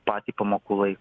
patį pamokų laiką